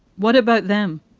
what about them?